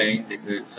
5 hertz